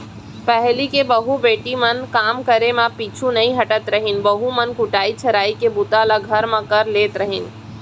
पहिली के बहू बेटी मन काम करे म पीछू नइ हटत रहिन, बहू मन कुटई छरई के बूता ल घर म कर लेत रहिन